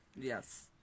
Yes